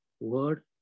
word